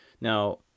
Now